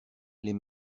les